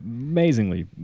amazingly